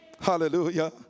Hallelujah